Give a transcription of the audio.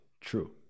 true